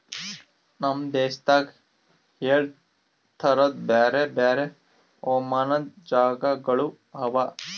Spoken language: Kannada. ನಮ್ ದೇಶದಾಗ್ ಏಳು ತರದ್ ಬ್ಯಾರೆ ಬ್ಯಾರೆ ಹವಾಮಾನದ್ ಜಾಗಗೊಳ್ ಅವಾ